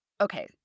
Okay